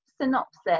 synopsis